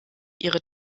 ihre